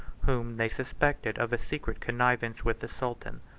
whom they suspected of a secret connivance with the sultan.